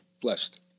blessed